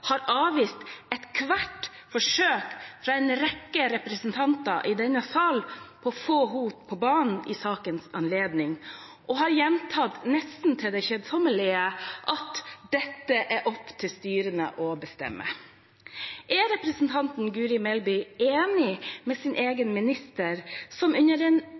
har avvist ethvert forsøk fra en rekke representanter i denne sal på å få henne på banen i sakens anledning, og hun har gjentatt nesten til det kjedsommelige at dette er opp til styrene å bestemme. Er representanten Guri Melby enig med sin egen minister, som under